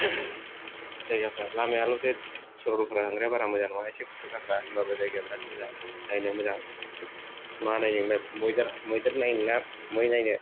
जायगाफ्रा लामायाल'सो सरलपारा थांनाया बारा मोजां नङा एसे खुथ्रु खाथ्रा होमबाबो जायगाया बेराद मोजां नायनो मोजां मा नायनो मैदेर नायनो ना मै नायनो